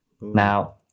Now